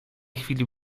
chwili